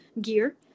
gear